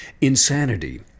insanity